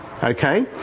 Okay